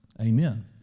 Amen